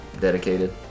dedicated